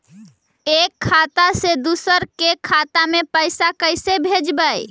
एक खाता से दुसर के खाता में पैसा कैसे भेजबइ?